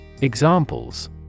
Examples